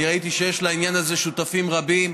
אני ראיתי שיש לעניין הזה שותפים רבים,